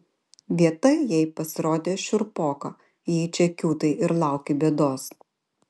vieta jai pasirodė šiurpoka jei čia kiūtai ir lauki bėdos